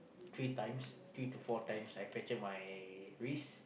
three times three to four times I fractured my wrist